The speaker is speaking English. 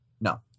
No